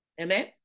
Amen